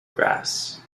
grass